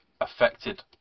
affected